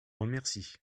remercie